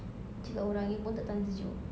cakap orang you pun tak tahan sejuk